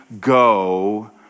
go